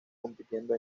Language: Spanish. compitiendo